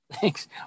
Thanks